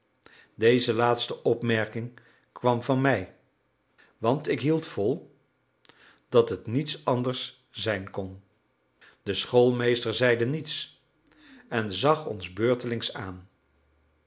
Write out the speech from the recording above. deze laatste opmerking kwam van mij want ik hield vol dat het niets anders zijn kon de schoolmeester zeide niets en zag ons beurtelings aan